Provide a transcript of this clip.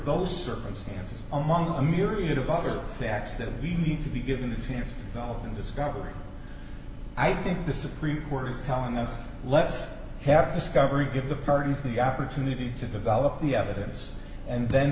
those circumstances among a myriad of other facts that we need to be given the chance to go in discovering i think the supreme court is telling us less have discovery give the parties the opportunity to develop the evidence and then